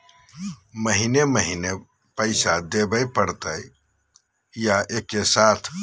महीने महीने पैसा देवे परते बोया एके साथ?